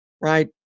right